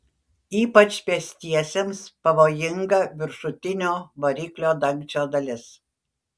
ypač pėstiesiems pavojinga viršutinio variklio dangčio dalis